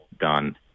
done